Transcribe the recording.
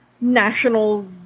national